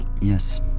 Yes